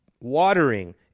watering